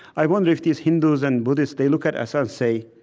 i wonder if these hindus and buddhists, they look at us ah and say,